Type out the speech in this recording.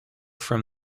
from